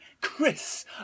Chris